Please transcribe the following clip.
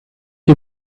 you